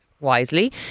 wisely